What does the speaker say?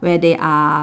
where they are